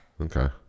Okay